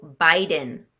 Biden